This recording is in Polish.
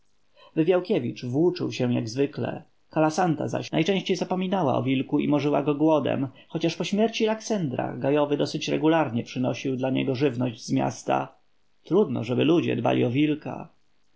wywiałkiewicz włóczył się jak zwykle kalasanta zaś najczęściej zapominała o wilku i morzyła go głodem chociaż po śmierci laksendra gajowy dosyć regularnie przynosił dla niego żywność z miasta trudno żeby ludzie dbali o wilka